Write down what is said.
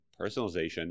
personalization